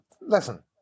Listen